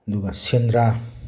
ꯑꯗꯨꯒ ꯁꯦꯟꯗ꯭ꯔꯥ